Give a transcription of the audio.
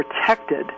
protected